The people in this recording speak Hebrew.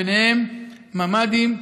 ובהם ממ"דים,